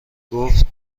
گفت